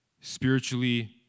spiritually